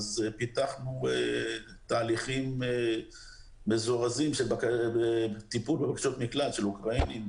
פיתחנו תהליכים מזורזים של טיפול בבקשות מקלט של אוקראינים,